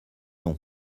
nom